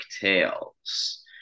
tales